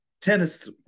tennis